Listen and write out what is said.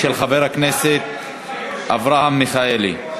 של חבר הכנסת אברהם מיכאלי.